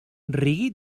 reggae